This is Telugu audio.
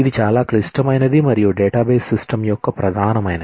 ఇది చాలా క్లిష్టమైనది మరియు డేటాబేస్ సిస్టమ్ యొక్క ప్రధానమైనది